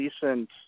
decent